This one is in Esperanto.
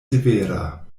severa